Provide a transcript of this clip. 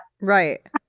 Right